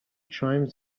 chimes